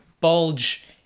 bulge